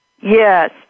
Yes